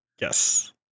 Yes